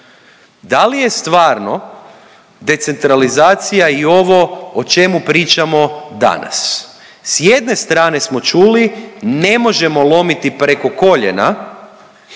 Da li je stvarno decentralizacija i ovo o čemu pričamo danas? S jedne strane smo čuli, ne možemo lomiti preko koljena